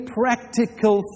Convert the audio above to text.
practical